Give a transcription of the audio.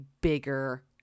bigger